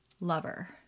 lover